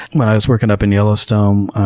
when i was working up in yellowstone, um